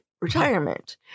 retirement